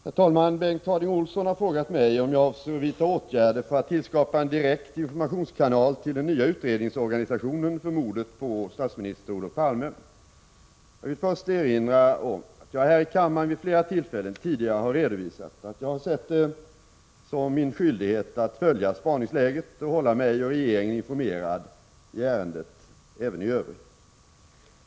Herr talman! Bengt Harding Olson har frågat mig om jag avser vidta åtgärder för att tillskapa en direkt informationskanal till den nya utredningsorganisationen för mordet på statsminister Olof Palme. Jag vill först erinra om att jag här i kammaren vid flera tillfällen tidigare har redovisat att jag sett det som min skyldighet att följa spaningsläget och att hålla mig och regeringen informerad i ärendet även i övrigt.